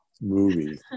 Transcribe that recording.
movie